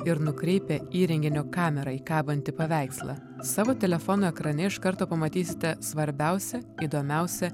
ir nukreipę įrenginio kamerą į kabantį paveikslą savo telefono ekrane iš karto pamatysite svarbiausią įdomiausią